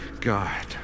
God